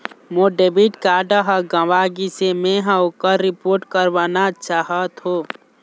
मोर debit card ह गंवा गिसे, मै ह ओकर रिपोर्ट करवाना चाहथों